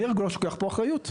מי הרגולטור שלוקח פה אחריות?